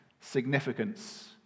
significance